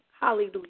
Hallelujah